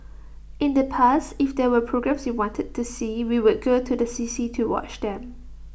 in the past if there were programmes we wanted to see we would go to the C C to watch them